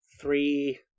three